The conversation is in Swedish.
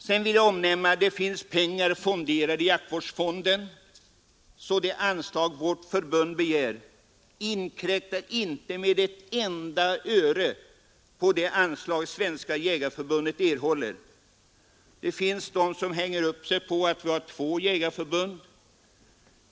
Jag vill sedan omnämna att det finns pengar fonderade i jaktvårdsfonden, varför det anslag vårt förbund begär inte med ett enda öre inkräktar på det anslag som Svenska jägareförbundet erhåller. Det finns de som hänger upp sig på att vi har två jägarförbund.